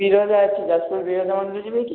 ବିରଜା ଅଛି ଯାଜପୁର ରେ ବିରଜା ମନ୍ଦିର ଯିବେ କି